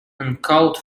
uncalled